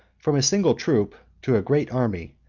from a single troop to a great army,